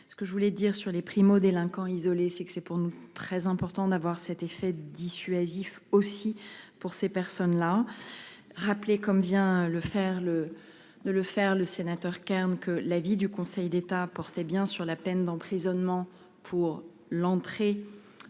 Ce que je voulais dire sur les primo-délinquants isolé c'est que c'est pour nous très important d'avoir cet effet dissuasif aussi pour ces personnes-là. Rappeler comme vient le faire le, de le faire. Le sénateur Kern que l'avis du Conseil d'État porté bien sûr la peine d'emprisonnement pour l'entrée